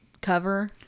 cover